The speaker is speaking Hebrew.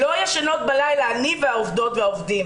לא ישנות בלילה, אני והעובדות והעובדים